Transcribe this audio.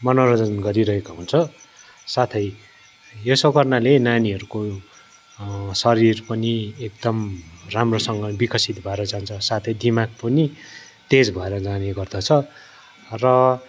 मनोरञ्जन गरिरहेको हुन्छ साथै यसो गर्नाले नानीहरूको शरीर पनि एकदम राम्रोसँग बिकसित भएर जान्छ साथै दिमाग पनि तेज भएर जाने गर्दछ र